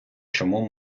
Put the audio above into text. чому